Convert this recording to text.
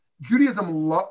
Judaism